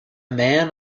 man